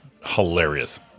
hilarious